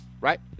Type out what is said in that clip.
right